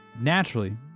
naturally